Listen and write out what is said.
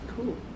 Cool